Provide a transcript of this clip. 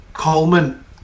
Coleman